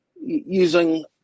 using